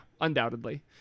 undoubtedly